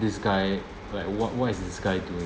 this guy like what what is this guy doing